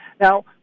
Now